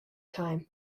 time